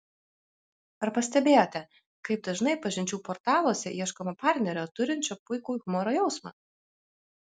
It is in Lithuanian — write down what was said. ar pastebėjote kaip dažnai pažinčių portaluose ieškoma partnerio turinčio puikų humoro jausmą